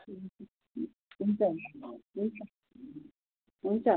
हुन्छ हुन्छ हुन्छ हुन्छ